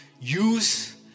use